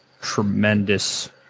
tremendous